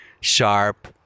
sharp